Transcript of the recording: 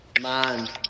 mind